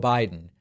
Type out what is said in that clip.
Biden